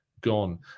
gone